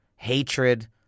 Hatred